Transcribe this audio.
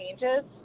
changes